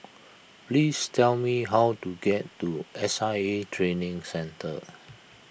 please tell me how to get to S I A Training Centre